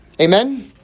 Amen